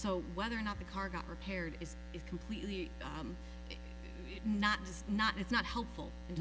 so whether or not the car got repaired is is completely not just not it's not helpful